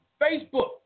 Facebook